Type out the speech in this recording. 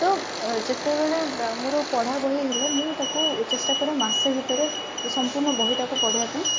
ତ ଅ ଯେତେବେଳେ ମୋର ପଢ଼ାବହି ହେଲେ ମୁଁ ତାକୁ ଚେଷ୍ଟାକରେ ମାସେ ଭିତରେ ସଂପୂର୍ଣ୍ଣ ବହିଟାକୁ ପଢ଼ିବା ପାଇଁ